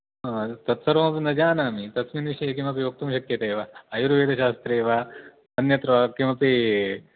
तत्सर्वं न जानामि तस्मिन् विषये किमपि वक्तुं शक्यते वा आयुर्वेदशास्त्रे वा अन्यत्र वा किमपि